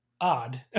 odd